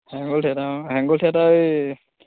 হেঙুল theatre অঁ Hengul theatre এই